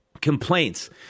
complaints